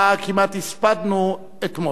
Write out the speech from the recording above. שאותה כמעט הספדנו אתמול.